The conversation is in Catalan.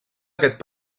aquest